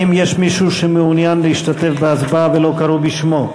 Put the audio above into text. האם יש מישהו שמעוניין להשתתף בהצבעה ולא קראו בשמו?